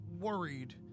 worried